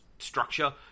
structure